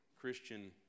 Christian